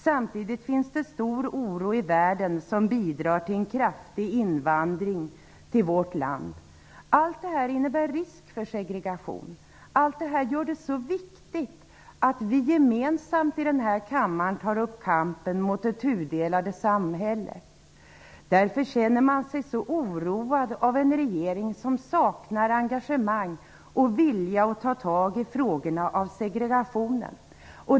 Samtidigt finns det stor oro i världen som bidrar till en kraftig invandring till vårt land. Allt det här innebär risk för segregation. Allt det här gör det så viktigt att vi gemensamt här i kammaren tar upp kampen mot det tudelade samhället. Därför känner man sig så oroad av en regering som saknar engagemang och vilja att ta tag i frågorna om segregationen.